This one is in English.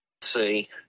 See